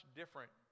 different